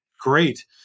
Great